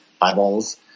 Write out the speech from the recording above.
eyeballs